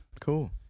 Cool